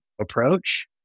approach